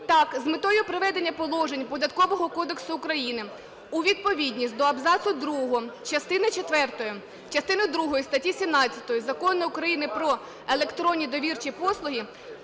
Так, з метою приведення положень Податкового кодексу України у відповідність абзацу другого частини четвертої, частини другої статті 17 Закону України "Про електронні довірчі послуги"